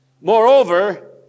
Moreover